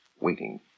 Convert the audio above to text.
waiting